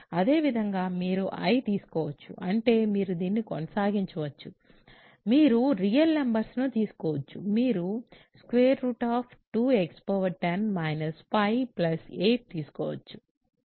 అదే విధంగా మీరు i తీసుకోవచ్చు అంటే మీరు దీన్ని కొనసాగించవచ్చు మీరు రియల్ నంబర్స్ లను తీసుకోవచ్చు మీరు 2x 10 8 తీసుకోవచ్చు